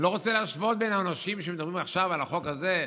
אני לא רוצה להשוות בין העונשים שמדברים עליהם עכשיו בחוק הזה,